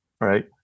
right